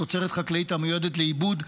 תוצרת חקלאית המיועדת לעיבוד,